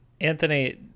Anthony